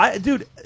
Dude